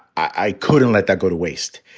i couldn't let that go to waste.